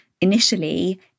initially